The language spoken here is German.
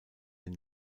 den